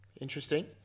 Interesting